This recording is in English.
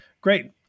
Great